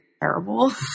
terrible